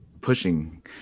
pushing